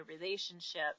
relationship